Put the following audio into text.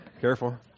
Careful